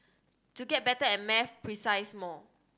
to get better at maths more